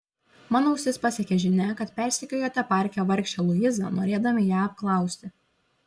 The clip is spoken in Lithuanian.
mano ausis pasiekė žinia kad persekiojote parke vargšę luizą norėdami ją apklausti